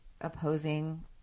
opposing